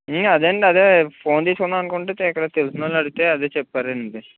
అదే అండి అదే ఫోన్ తీసుకుందాం అనుకుంటే తెలిసిన వాళ్ళని అడిగితే అదే చెప్పారండి